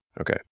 Okay